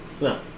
No